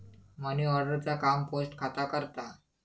money order चा काम post खाता करता